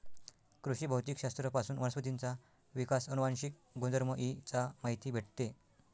कृषी भौतिक शास्त्र पासून वनस्पतींचा विकास, अनुवांशिक गुणधर्म इ चा माहिती भेटते